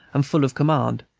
and full of command,